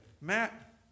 Matt